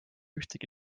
ühtegi